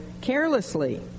carelessly